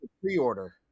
pre-order